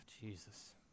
Jesus